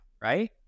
right